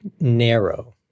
narrow